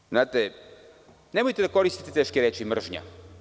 Ali, znate, nemojte da koristite teške reči – mržnja.